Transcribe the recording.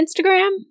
Instagram